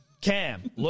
Cam